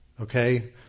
Okay